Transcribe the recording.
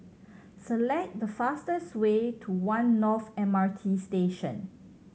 select the fastest way to One North M R T Station